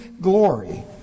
glory